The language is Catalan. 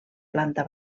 planta